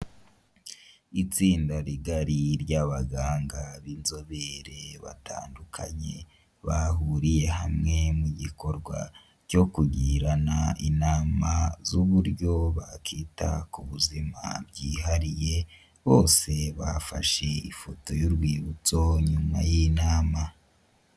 Itsinda rigari ry'abaganga b'inzobere batandukanye bahuriye hamwe mu gikorwa cyo kugirana inama z'uburyo bakita ku buzima bwihariye, bose bafashe ifoto y'urwibutso nyuma y'inama.